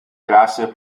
classe